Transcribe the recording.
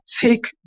take